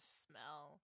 smell